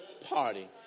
party